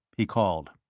he called.